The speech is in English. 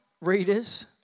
readers